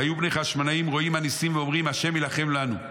והיו בני חשמונאי רואים הנסים ואומרים השם ילחם לנו.